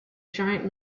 giant